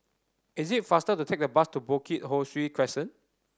it is faster to take the bus to Bukit Ho Swee Crescent